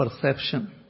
perception